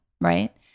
right